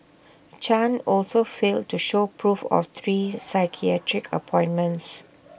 chan also failed to show proof of three psychiatric appointments